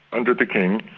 under the king,